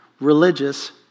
Religious